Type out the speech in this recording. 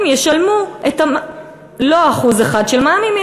הם ישלמו לא 1% של מע"מ,